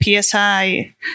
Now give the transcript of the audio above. PSI